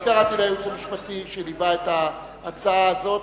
אני קראתי לייעוץ המשפטי שליווה את ההצעה הזאת,